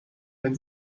wenn